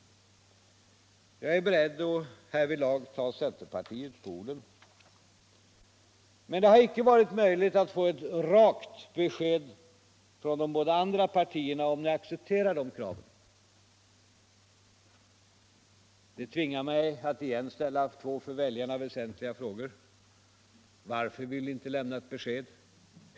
Jag är beredd att härvidlag ta centerpartiet på orden. Men det har inte varit möjligt att få ett rakt besked från de båda andra partierna om dessa accepterar de här kraven. Det tvingar mig att igen ställa två för väljarna väsentliga frågor: Varför vill ni inte lämna ett besked?